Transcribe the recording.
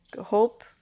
hope